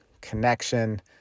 connection